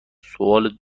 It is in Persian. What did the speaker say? سوال